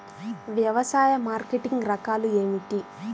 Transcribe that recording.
వ్యవసాయ మార్కెటింగ్ రకాలు ఏమిటి?